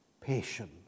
Patience